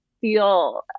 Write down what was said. feel